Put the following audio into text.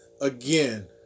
again